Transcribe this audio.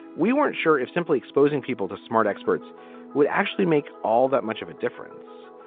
we weren't sure if simply exposing people to smart experts would actually make all that much of a difference.